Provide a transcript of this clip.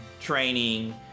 training